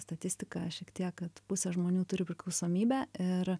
statistiką šiek tiek kad pusė žmonių turi priklausomybę ir